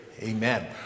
Amen